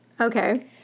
Okay